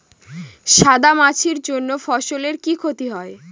সাদা মাছির জন্য ফসলের কি ক্ষতি হয়?